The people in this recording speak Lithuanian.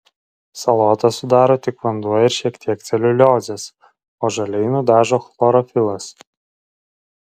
salotas sudaro tik vanduo ir šiek tiek celiuliozės o žaliai nudažo chlorofilas